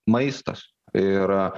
maistas ir